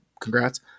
congrats